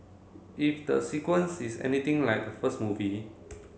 if the sequels is anything like the first movie